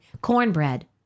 cornbread